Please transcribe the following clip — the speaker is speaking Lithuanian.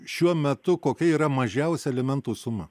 šiuo metu kokia yra mažiausia alimentų suma